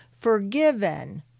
forgiven